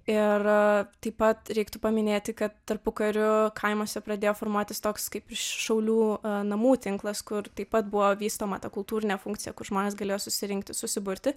ir taip pat reiktų paminėti kad tarpukariu kaimuose pradėjo formuotis toks kaip šaulių namų tinklas kur taip pat buvo vystoma ta kultūrinė funkcija kur žmonės galėjo susirinkti susiburti